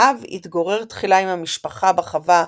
האב התגורר תחילה עם המשפחה בחווה